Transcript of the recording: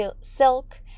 silk